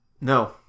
no